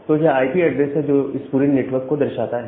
तो यह IP address है जो इस पूरे नेटवर्क को दर्शाता है